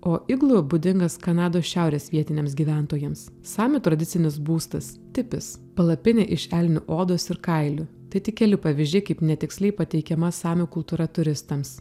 o iglu būdingas kanados šiaurės vietiniams gyventojams samių tradicinis būstas tipis palapinė iš elnių odos ir kailių tai tik keli pavyzdžiai kaip netiksliai pateikiama samių kultūra turistams